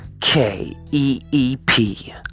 K-E-E-P